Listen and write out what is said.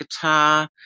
guitar